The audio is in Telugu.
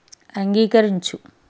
అంగీకరించు